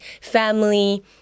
family